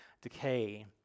decay